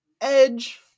Edge